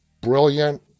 Brilliant